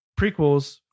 prequels